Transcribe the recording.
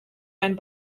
einen